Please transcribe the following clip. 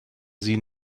sie